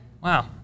Wow